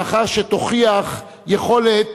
לאחר שתוכיח יכולת